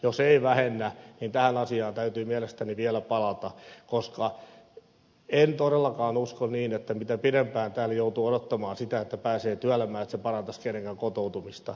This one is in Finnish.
jos ei vähennä niin tähän asiaan täytyy mielestäni vielä palata koska en todellakaan usko niin että se että pidempään täällä joutuu odottamaan sitä että pääsee työelämään parantaisi kenenkään kotoutumista